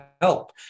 Help